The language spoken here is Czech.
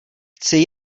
chci